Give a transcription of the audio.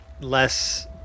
less